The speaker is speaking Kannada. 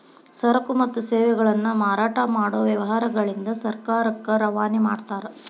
ಸರಕು ಮತ್ತು ಸೇವೆಗಳನ್ನ ಮಾರಾಟ ಮಾಡೊ ವ್ಯವಹಾರಗಳಿಂದ ಸರ್ಕಾರಕ್ಕ ರವಾನೆ ಮಾಡ್ತಾರ